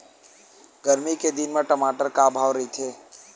गरमी के दिन म टमाटर का भाव रहिथे?